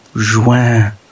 Juin